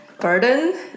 burden